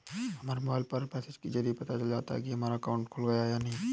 हमारे मोबाइल पर मैसेज के जरिये पता चल जाता है हमारा अकाउंट खुला है या नहीं